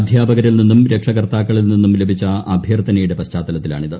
അധ്യാപകരിൽ നിന്നും രക്ഷാകർത്താക്ക്ളിൽ നിന്നും ലഭിച്ച അഭ്യർത്ഥനയുടെ പശ്ചാത്തലത്തിലൂണിത്